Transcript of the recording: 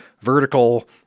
vertical